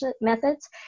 methods